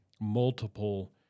multiple